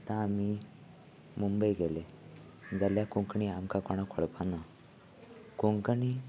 आतां आमी मुंबय गेले जाल्यार कोंकणी आमकां कोणाक कळप ना कोंकणी